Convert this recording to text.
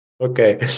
Okay